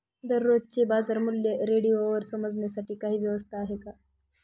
दररोजचे बाजारमूल्य रेडिओवर समजण्यासाठी काही व्यवस्था आहे का?